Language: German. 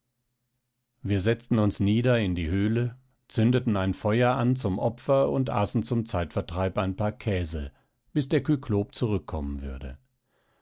wir setzten uns nieder in die höhle zündeten ein feuer an zum opfer und aßen zum zeitvertreib ein paar käse bis der kyklop zurückkommen würde